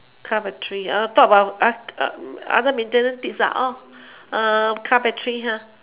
car battery talk about other maintenance things car battery